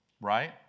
right